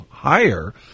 Higher